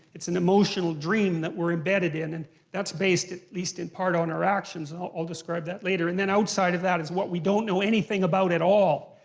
it's an emotional dream that we're embedded in. and that's based, at least in part, on our actions, i'll describe that later. and then outside of that is what we don't know anything about at all.